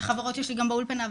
החברות שלי שגם באולפנה,